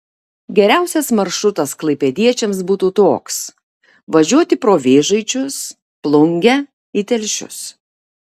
geriausias maršrutas klaipėdiečiams būtų toks važiuoti pro vėžaičius plungę į telšius